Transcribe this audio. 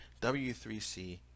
W3C